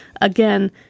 again